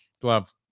glove